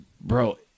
bro